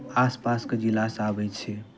आस पासके जिलासँ आबै छै